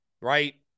right